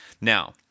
Now